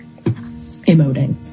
emoting